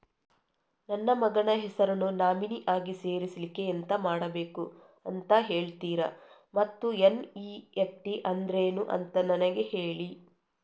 ನನ್ನ ಮಗನ ಹೆಸರನ್ನು ನಾಮಿನಿ ಆಗಿ ಸೇರಿಸ್ಲಿಕ್ಕೆ ಎಂತ ಮಾಡಬೇಕು ಅಂತ ಹೇಳ್ತೀರಾ ಮತ್ತು ಎನ್.ಇ.ಎಫ್.ಟಿ ಅಂದ್ರೇನು ಅಂತ ನನಗೆ ಹೇಳಿ